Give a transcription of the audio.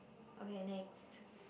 okay next